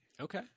Okay